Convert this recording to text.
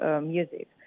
music